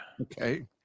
Okay